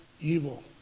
evil